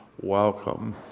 welcome